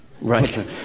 Right